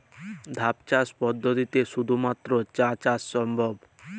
ধাপ চাষ পদ্ধতিতে শুধুমাত্র চা চাষ সম্ভব?